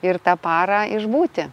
ir tą parą išbūti